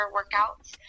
workouts